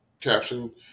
caption